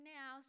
now